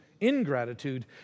ingratitude